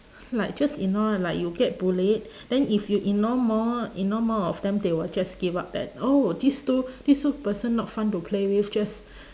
like just ignore uh like you get bullied then if you ignore more ignore more of them they will just give up that oh these two these two person not fun to play with just